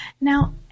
Now